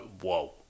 whoa